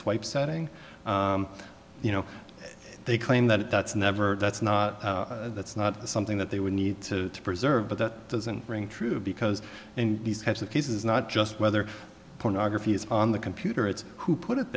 swipe setting you know they claim that that's never that's not that's not something that they would need to preserve but that doesn't ring true because in these types of cases not just whether pornography is on the computer it's who put it